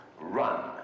Run